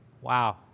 Wow